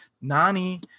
Nani